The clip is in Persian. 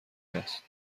است